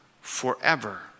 forever